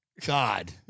God